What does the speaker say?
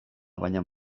baina